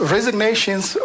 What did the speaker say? Resignations